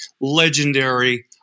legendary